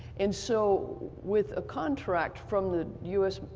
and so with a contract from the u s.